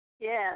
Yes